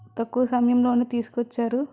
తక్కువ సమయంలోనే తీసుకొచ్చారు